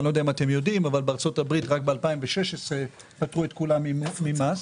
בארצות הברית רק ב-2016 פטרו את כולם ממס,